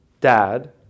dad